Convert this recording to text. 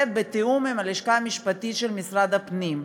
בתיאום עם הלשכה המשפטית של משרד הפנים.